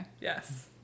yes